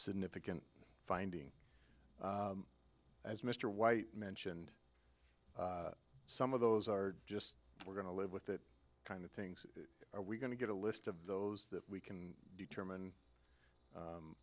significant finding as mr white mentioned some of those are just we're going to live with that kind of things are we going to get a list of those that we can determine